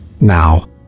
now